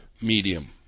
medium